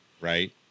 right